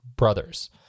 Brothers